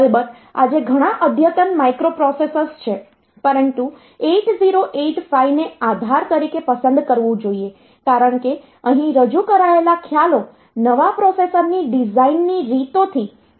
અલબત્ત આજે ઘણા અદ્યતન માઇક્રોપ્રોસેસર્સ છે પરંતુ 8085 ને આધાર તરીકે પસંદ કરવું જોઈએ કારણ કે અહીં રજૂ કરાયેલા ખ્યાલો નવા પ્રોસેસરોની ડિઝાઇનની રીતોથી હેરફેરમાં ખૂબ આગળ વધી ગયા છે